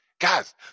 Guys